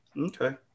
Okay